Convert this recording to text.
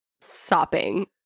sopping